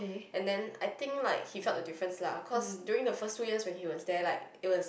and then I think like he felt the difference lah cause during the first two years when he was there like it was